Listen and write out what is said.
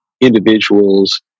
individuals